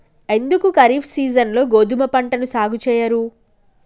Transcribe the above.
ఎందుకు ఖరీఫ్ సీజన్లో గోధుమ పంటను సాగు చెయ్యరు?